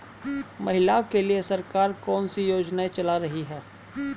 महिलाओं के लिए सरकार कौन सी योजनाएं चला रही है?